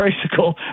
tricycle